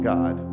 God